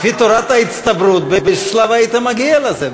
לפי תורת ההסתברות באיזשהו שלב היית מגיע לזה.